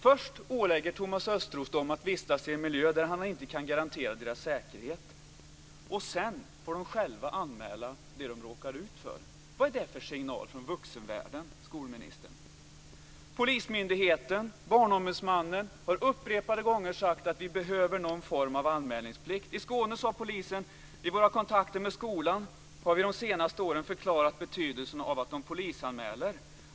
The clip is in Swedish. Först ålägger Thomas Östros dem att vistas i en miljö där han inte kan garantera deras säkerhet. Sedan får de själva anmäla det de råkar ut för. Vad är det för en signal från vuxenvärlden, skolministern? Polismyndigheten och Barnombudsmannen har upprepade gånger sagt att vi behöver någon form av anmälningsplikt. I Skåne har polisen sagt följande: "I våra kontakter med skolan har vi de senaste åren förklarat betydelsen av att de polisanmäler .